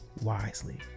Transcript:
wisely